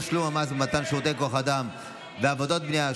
תשלום המס במתן שירותי כוח אדם ועבודות בנייה),